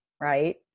Right